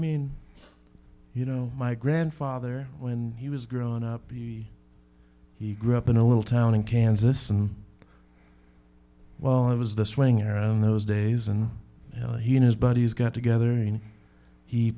mean you know my grandfather when he was growing up he grew up in a little town in kansas and well it was the swing around those days and he and his buddies got together and he